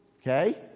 okay